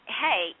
hey